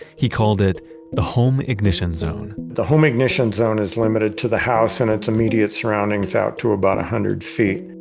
he called it the home ignition zone. the home ignition zone is limited to the house and its immediate surroundings out to about a hundred feet.